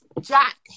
jack